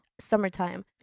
summertime